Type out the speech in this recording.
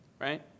Right